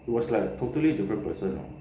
it was like totally different person ah